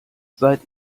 seit